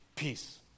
Peace